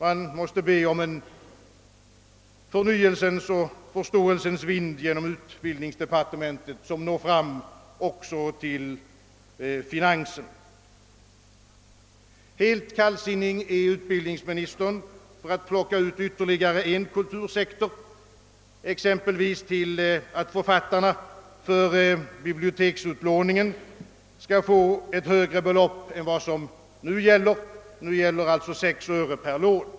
Man måste be om en förnyelsens och förståelsens vind inom utbildningsdepartementet som når fram också till finansen. Helt kallsinnig ställer sig utbildningsministern, för att plocka ut ytterligare en kultursektor, exempelvis till att ge författarna ett högre belopp för biblioteksutlåningen än de får nu; alltså 6 öre per lån.